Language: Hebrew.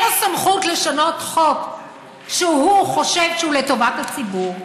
לו סמכות לשנות חוק שהוא חושב שהוא לטובת הציבור,